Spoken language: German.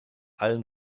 allen